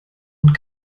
und